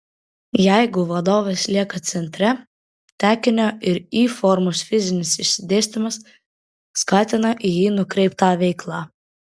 jeigu vadovas lieka centre tekinio ir y formos fizinis išsidėstymas skatina į jį nukreiptą veiklą